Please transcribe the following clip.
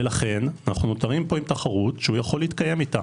לכן אנו נותרים פה עם תחרות שהא יכול להתקיים איתה.